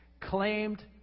claimed